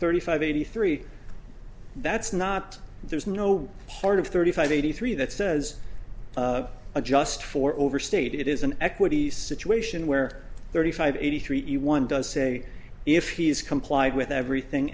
thirty five eighty three that's not there's no part of thirty five eighty three that says a just for overstate it is an equity situation where thirty five eighty three to one does say if he has complied with everything